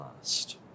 last